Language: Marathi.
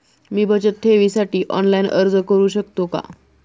मी बचत ठेवीसाठी ऑनलाइन अर्ज करू शकतो का?